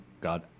God